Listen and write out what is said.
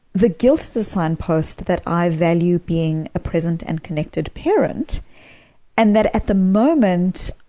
the guilt is a signpost that i value being a present and connected parent and that, at the moment,